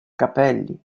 capelli